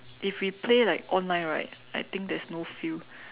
if we play like online right I think there's no feel